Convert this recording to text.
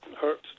hurt